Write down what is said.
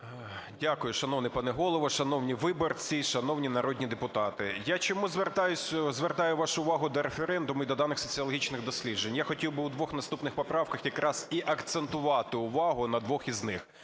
Дякую. Шановний пане Голово, шановні виборці і шановні народні депутати! Я чому звертаю вашу увагу до референдуму і до даних соціологічних досліджень. Я хотів би у двох наступних поправках якраз і акцентувати увагу на двох із них.